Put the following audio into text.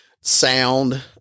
sound